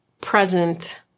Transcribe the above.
present